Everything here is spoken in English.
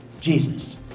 Jesus